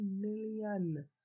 million